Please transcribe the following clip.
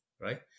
right